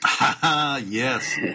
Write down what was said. Yes